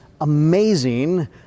amazing